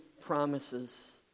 promises